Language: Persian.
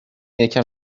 یکم